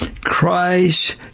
Christ